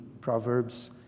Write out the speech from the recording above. Proverbs